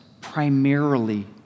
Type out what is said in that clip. primarily